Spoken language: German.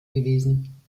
gewesen